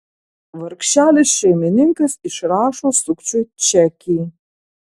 vargšelis šeimininkas išrašo sukčiui čekį